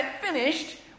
finished